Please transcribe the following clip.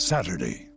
Saturday